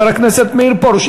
מאיר פרוש.